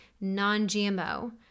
non-GMO